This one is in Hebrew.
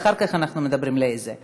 אחר כך אנחנו מדברים על איזו ועדה.